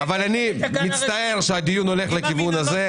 אני מצטער שהדיון הולך לכיוון הזה.